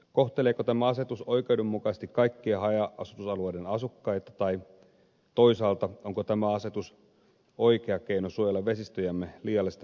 kohteleeko tämä asetus oikeudenmukaisesti kaikkia haja asutusalueiden asukkaita ja toisaalta onko tämä asetus oikea keino suojella vesistöjämme liialliselta ravinnekuormitukselta